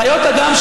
חיות אדם,